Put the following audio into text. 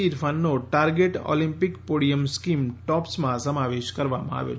ઈરફાનનો target Olympic podium scheme ટોપ્સમાં સમાવેશ કરવામાં આવ્યો છે